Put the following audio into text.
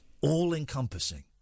all-encompassing